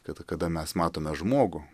kad kada mes matome žmogų